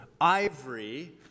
ivory